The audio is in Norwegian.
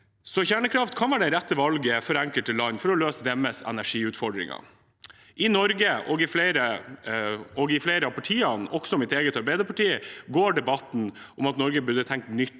Kjernekraft kan altså være det rette valget for enkelte land for å løse deres energiutfordringer. I Norge og i flere av partiene, også mitt eget, Arbeiderpartiet, går debatten om at Norge burde tenke nytt